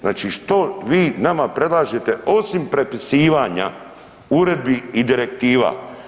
Znači što vi nama predlažete osim prepisivanja uredbi i direktiva.